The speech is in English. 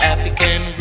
African